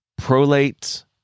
prolate